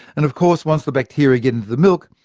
and of course, once the bacteria get into the milk,